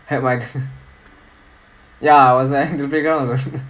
had ya I was like on the playground on the